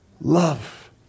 love